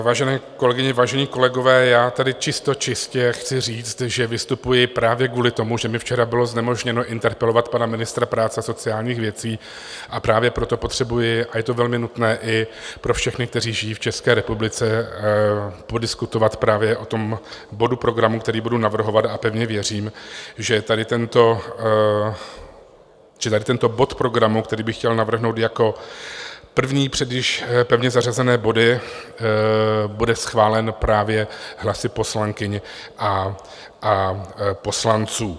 Vážené kolegyně, vážení kolegové, já tady čistočistě chci říct, že vystupuji právě kvůli tomu, že mi včera bylo znemožněno interpelovat pana ministra práce a sociálních věcí, a právě proto potřebuji, a je to velmi nutné i pro všechny, kteří žijí v České republice, prodiskutovat právě o tom bodu programu, který budu navrhovat a pevně věřím, že tady tento bod programu, který bych chtěl navrhnout jako první před již pevně zařazené body, bude schválen právě hlasy poslankyň a poslanců.